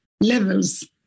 levels